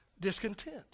discontent